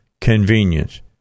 convenience